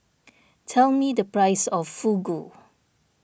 tell me the price of Fugu